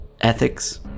Ethics